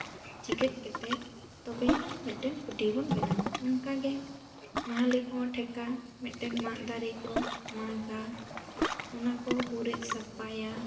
ᱪᱤᱜᱟᱹᱫ ᱠᱟᱛᱮ ᱛᱚᱵᱮᱭᱮᱱᱟ ᱢᱤᱫᱴᱮᱱ ᱯᱟᱹᱴᱭᱟᱹ ᱵᱚᱱ ᱵᱮᱱᱟᱣᱟ ᱚᱱᱠᱟ ᱜᱮ ᱢᱟᱦᱞᱮ ᱠᱚᱦᱚᱸ ᱴᱷᱮᱠᱟ ᱢᱤᱫᱴᱮᱱ ᱢᱟᱫ ᱫᱟᱨᱮ ᱠᱚ ᱢᱟᱜᱟ ᱚᱱᱟ ᱠᱚ ᱦᱩᱨᱤᱫ ᱥᱟᱯᱟᱭᱟ